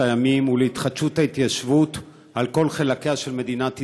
הימים ולהתחדשות ההתיישבות בכל חלקיה של מדינת ישראל.